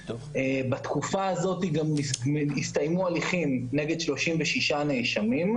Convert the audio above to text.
בתקופה הזאת גם הסתיימו הליכים נגד 36 נאשמים.